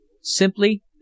simply